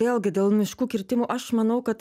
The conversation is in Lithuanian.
vėlgi dėl miškų kirtimų aš manau kad